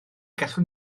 gallwn